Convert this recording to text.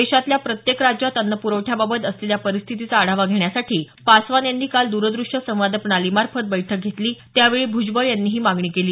देशातल्या प्रत्येक राज्यात अन्न पुरवठ्याबाबत असलेल्या परिस्थितीचा आढावा घेण्यासाठी पासवान यांनी काल द्रदृश्य संवाद प्रणालीमार्फत बैठक घेतली त्यावेळी भुजबळ यांनी ही मागणी केली